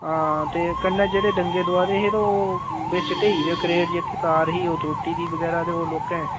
हां ते कन्नै जेह्ड़े डंगे दोआ दे हे ते ओह् बिच ढेही दे करेट जेह्के तार ही ओह् त्रुट्टी दी बगैरा ते ओह् लोकें